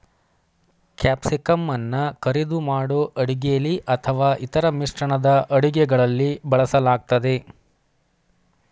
ಕ್ಯಾಪ್ಸಿಕಂಅನ್ನ ಕರಿದು ಮಾಡೋ ಅಡುಗೆಲಿ ಅಥವಾ ಇತರ ಮಿಶ್ರಣದ ಅಡುಗೆಗಳಲ್ಲಿ ಬಳಸಲಾಗ್ತದೆ